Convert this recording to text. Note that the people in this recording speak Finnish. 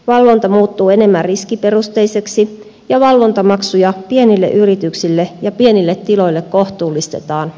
valvonta muuttuu enemmän riskiperusteiseksi ja valvontamaksuja pienille yrityksille ja pienille tiloille kohtuullistetaan